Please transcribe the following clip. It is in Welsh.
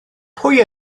pwy